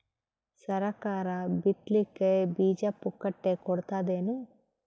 ಸರಕಾರ ಬಿತ್ ಲಿಕ್ಕೆ ಬೀಜ ಪುಕ್ಕಟೆ ಕೊಡತದೇನು?